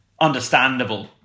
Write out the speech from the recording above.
understandable